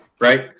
right